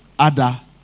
Ada